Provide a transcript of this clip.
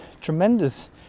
tremendous